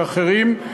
ואחרים.